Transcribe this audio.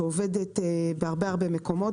שעובדת בהרבה מקומות,